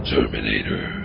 Terminator